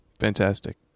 Fantastic